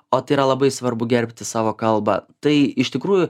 o tai yra labai svarbu gerbti savo kalbą tai iš tikrųjų